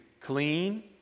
clean